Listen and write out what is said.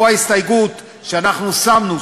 פה ההסתייגות שאנחנו שמנו,